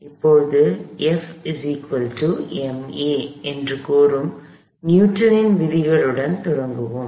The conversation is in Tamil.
இப்போது Fma என்று கூறும் நியூட்டனின் விதிகளுடன் தொடங்குவோம்